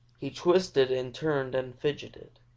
he twisted and turned and fidgeted.